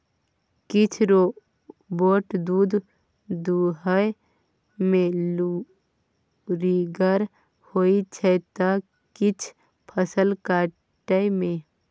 किछ रोबोट दुध दुहय मे लुरिगर होइ छै त किछ फसल काटय मे